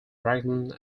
raglan